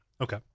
Okay